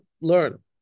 learn